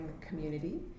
community